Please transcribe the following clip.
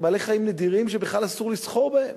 בעלי-חיים נדירים שבכלל אסור לסחור בהם,